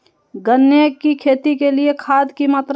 गन्ने की खेती के लिए खाद की मात्रा?